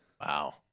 Wow